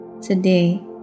today